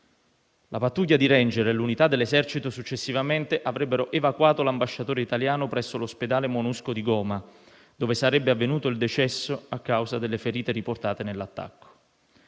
La pattuglia di *ranger* e l'unità dell'esercito successivamente avrebbero evacuato l'ambasciatore italiano presso l'ospedale Monusco di Goma, dove sarebbe avvenuto il decesso a causa delle ferite riportate nell'attacco.